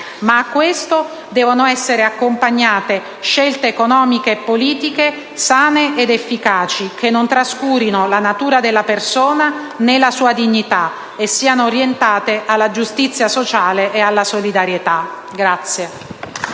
Ma a tutto ciò devono essere accompagnate scelte economiche e politiche sane ed efficaci, che non trascurino la natura della persona né la sua dignità e siano orientate alla giustizia sociale e alla solidarietà.